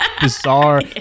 bizarre